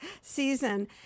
season